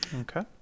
Okay